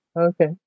okay